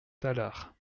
tallard